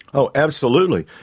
oh, absolutely.